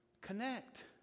connect